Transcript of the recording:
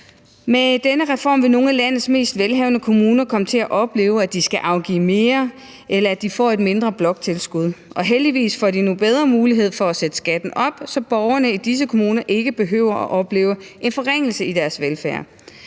Med denne reform vil nogle af landets mest velhavende kommuner komme til at opleve, at de skal afgive mere, eller at de får et mindre bloktilskud, men heldigvis får de nu bedre mulighed for at sætte skatten op, så borgerne i disse kommuner ikke behøver at opleve en forringelse af velfærden.